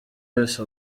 wese